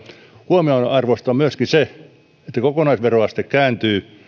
huomionarvoista on myöskin se että kokonaisveroaste kääntyy